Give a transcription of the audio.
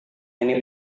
ini